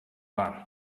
war